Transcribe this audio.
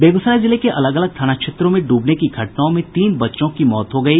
बेगूसराय जिले के अलग अलग थाना क्षेत्रों में ड्रबने की घटनाओं में तीन बच्चों की मौत हो गयी